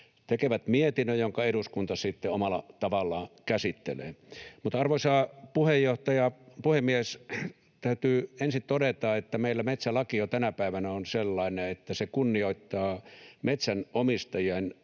tekevät mietinnön, jonka eduskunta sitten omalla tavallaan käsittelee. Arvoisa puhemies! Täytyy ensin todeta, että meillä metsälaki jo tänä päivänä on sellainen, että se kunnioittaa metsänomistajien